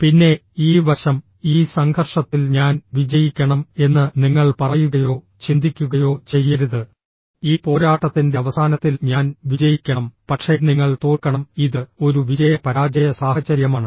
പിന്നെ ഈ വശം ഈ സംഘർഷത്തിൽ ഞാൻ വിജയിക്കണം എന്ന് നിങ്ങൾ പറയുകയോ ചിന്തിക്കുകയോ ചെയ്യരുത് ഈ പോരാട്ടത്തിന്റെ അവസാനത്തിൽ ഞാൻ വിജയിക്കണം പക്ഷേ നിങ്ങൾ തോൽക്കണം ഇത് ഒരു വിജയ പരാജയ സാഹചര്യമാണ്